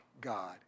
God